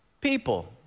people